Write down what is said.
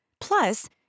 Plus